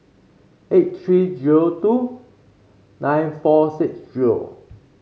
eight three zero two nine four six zero